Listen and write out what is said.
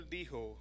dijo